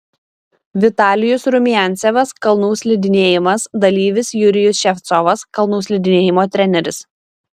vitalijus rumiancevas kalnų slidinėjimas dalyvis jurijus ševcovas kalnų slidinėjimo treneris